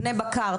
בני בקר,